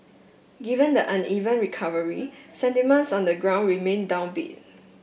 given the uneven recovery sentiments on the ground remain downbeat